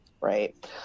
right